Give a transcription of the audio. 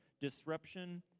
disruption